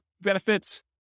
benefits